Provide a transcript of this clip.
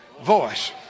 voice